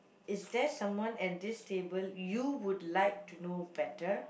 is there someone at this table you would like to know better